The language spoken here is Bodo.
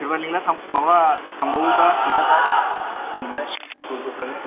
सोरबा लेंबा माबा थांबावोब्ला खिन्थासाय ज' ज' थांनो